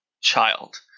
child